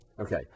Okay